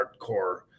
hardcore